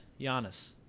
Giannis